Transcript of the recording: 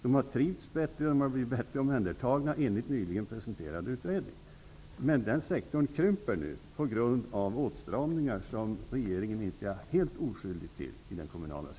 De har trivts bättre och blivit bättre omhändertagna, enligt en nyligen presenterad utredning. Men nu krymper den offentliga sektorn till följd av åtstramningar i kommunerna som regeringen inte är helt oskyldig till.